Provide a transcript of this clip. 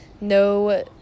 no